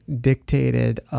dictated